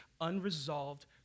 unresolved